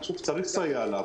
אני חושב שצריך לסייע לה,